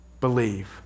Believe